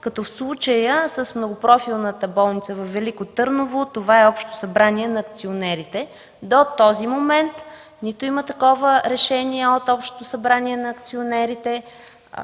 като в случая с Многопрофилната болница във Велико Търново, това е Общото събрание на акционерите. До този момент нито има такова решение от Общото събрание на акционерите,